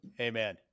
Amen